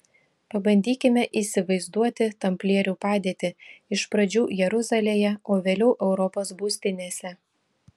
pabandykime įsivaizduoti tamplierių padėtį iš pradžių jeruzalėje o vėliau europos būstinėse